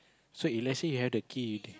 so if let's say you have the key